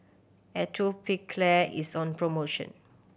Atopiclair is on promotion